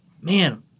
Man